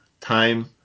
time